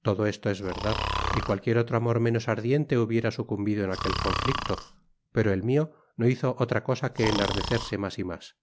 todo esto es verdad y cualquier otro amor menos ardiente hubiera sucumbido en aquel conflicto pero el mio no hizo otra cosa que enardecerse mas y mas